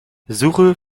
suche